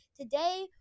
Today